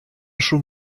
schon